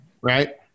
right